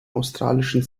australischen